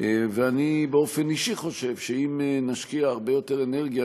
ואני באופן אישי חושב שאם נשקיע הרבה יותר אנרגיה,